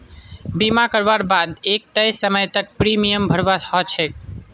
बीमा करवार बा द एक तय समय तक प्रीमियम भरवा ह छेक